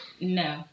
no